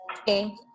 Okay